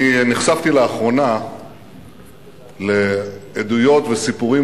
אני נחשפתי לאחרונה לעדויות וסיפורים